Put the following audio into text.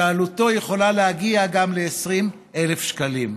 שעלותו יכולה להגיע גם ל-20,000 שקלים,